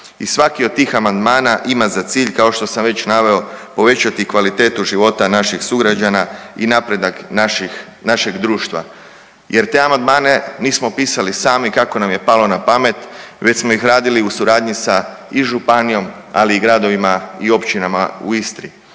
I svaki od tih amandmana ima za cilj kao što sam već naveo povećati kvalitetu života naših sugrađana i napredak naših, našeg društva jer te amandmane nismo pisali sami kako nam je palo na pamet već smo ih radili u suradnji sa i županijom, ali i gradovima i općinama u Istri.